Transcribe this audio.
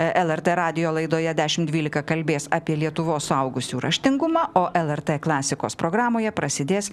lrt radijo laidoje dešimt dvylika kalbės apie lietuvos suaugusiųjų raštingumą o lrt klasikos programoje prasidės